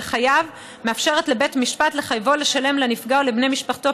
החייב מאפשרת לבית משפט לחייבו לשלם לנפגע או לבני משפחתו